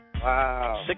Wow